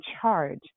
charge